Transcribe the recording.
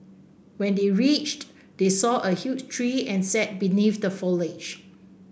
when they reached they saw a huge tree and sat beneath the foliage